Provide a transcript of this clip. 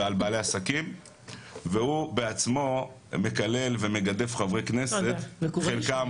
על בעלי עסקים והוא בעצמו מקלל ומגדף חברי כנסת --- סליחה,